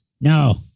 No